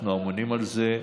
אנחנו אמונים על זה.